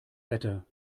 wetter